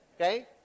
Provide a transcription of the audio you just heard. Okay